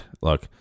look